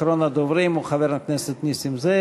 אחרון הדוברים הוא חבר הכנסת נסים זאב.